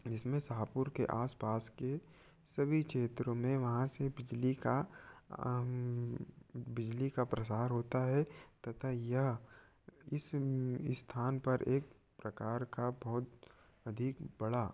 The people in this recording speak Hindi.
जिसमें शाहपुर के आस पास के सभी क्षेत्रों में वहाँ से बिजली का बिजली का प्रसार होता है तथा यह इस स्थान पर एक प्रकार का बहुत अधिक बड़ा